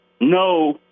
No